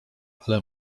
ale